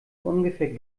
ungefähr